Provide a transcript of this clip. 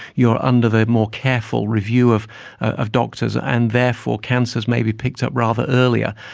you are under the more careful review of of doctors, and therefore cancers may be picked up rather earlier.